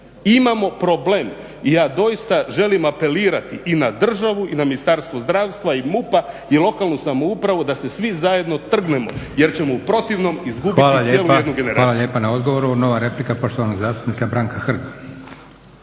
imamo problem. Ja doista želim apelirati i na državu i na Ministarstvo zdravstva i MUP-a i lokalnu samoupravu da se svi zajedno trgnemo jer ćemo u protivnom izgubiti cijelu jednu generaciju. **Leko, Josip (SDP)** Hvala lijepa. Hvala lijepa na odgovoru. Nova replika poštovanog zastupnika Branka Hrg.